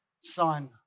Son